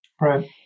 Right